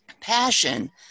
passion